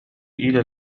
إلى